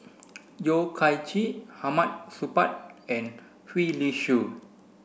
Yeo Kian Chye Hamid Supaat and Gwee Li Sui